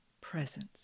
presence